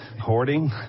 hoarding